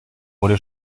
wurde